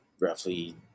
roughly